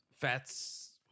fats